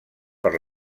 per